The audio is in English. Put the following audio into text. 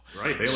Right